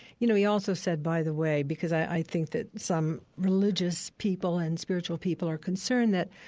you know, he also said, by the way, because i think that some religious people and spiritual people are concerned that